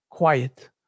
quiet